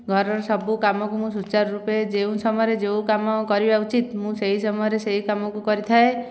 ଘରର ସବୁ କାମକୁ ମୁଁ ସୁଚାରୁ ରୂପେ ଯେଉଁ ସମୟରେ ଯେଉଁ କାମ କରିବା ଉଚିତ ମୁଁ ସେହି ସମୟରେ ସେହି କାମକୁ କରିଥାଏ